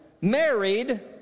married